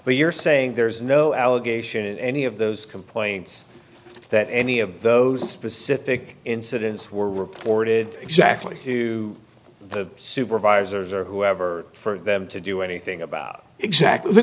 but you're saying there is no allegation in any of those complaints that any of those specific incidents were reported exactly to the supervisors or whoever for them to do anything about exactly the